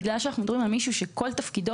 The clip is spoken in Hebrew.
בגלל שאנחנו מדברים על מישהו שכל תפקידו